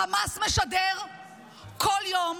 חמאס משדר כל יום